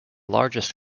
largest